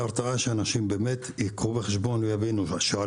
ושאנשים באמת ייקחו בחשבון ויבינו שעל